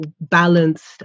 balanced